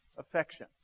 affection